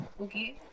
okay